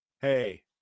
hey